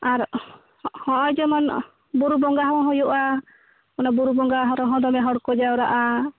ᱟᱨ ᱦᱚᱸᱜᱼᱚᱭ ᱡᱮᱢᱚᱱ ᱵᱩᱨᱩ ᱵᱚᱸᱜᱟ ᱦᱚᱸ ᱦᱩᱭᱩᱩᱜᱼᱟ ᱚᱱᱟ ᱵᱩᱨᱩ ᱵᱚᱸᱜᱟ ᱨᱮᱦᱚᱸ ᱫᱚᱢᱮ ᱦᱚᱲ ᱠᱚ ᱡᱟᱣᱨᱟᱜᱼᱟ